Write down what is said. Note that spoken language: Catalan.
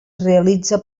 realitza